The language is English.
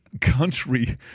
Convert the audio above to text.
country